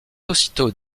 aussitôt